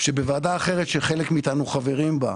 שבוועדה אחרת שחלק מאיתנו חברים בה,